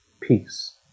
peace